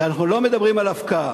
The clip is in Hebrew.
כי אנחנו לא מדברים על הפקעה.